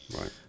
Right